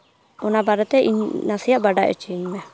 ᱚᱱᱟ ᱵᱟᱨᱮᱛᱮ ᱤᱧ ᱱᱟᱥᱮᱭᱟᱜ ᱵᱟᱰᱟᱭ ᱦᱚᱪᱚᱧ ᱢᱮ